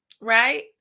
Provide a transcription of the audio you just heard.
right